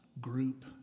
group